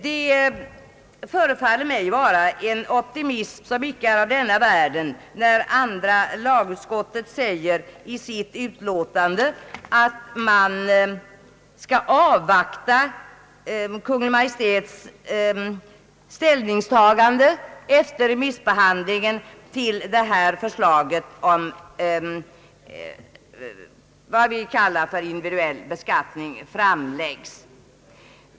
Det tycks mig vara en optimism som icke är av denna världen, när andra lagutskottet i sitt utlåtande säger att man skall avvakta remissbehandlingen och Kungl. Maj:ts ställningstagande innan ett förslag om individuell beskattning med en ekonomisk fördel för barnfamiljerna framläggs.